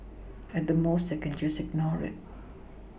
at the most I can just ignore it